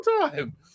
time